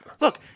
Look